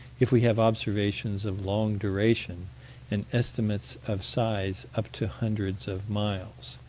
if we have observations of long duration and estimates of size up to hundreds of miles.